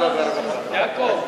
לוועדת העבודה והרווחה.